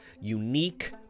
unique